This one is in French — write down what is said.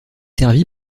servi